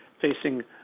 facing